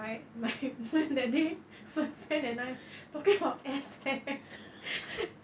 right my my that day my friend and I talking about ass hair